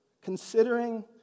Considering